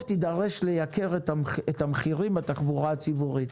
יידרש לייקר את המחירים בתחבורה הציבורית.